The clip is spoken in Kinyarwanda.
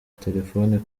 telefone